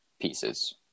pieces